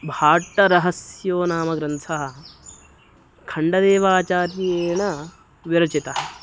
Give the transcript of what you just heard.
भाट्टरहस्यो नाम ग्रन्थः खण्डदेवाचार्येण विरचितः